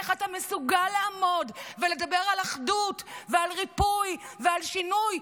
איך אתה מסוגל לעמוד ולדבר על אחדות ועל ריפוי ועל שינוי?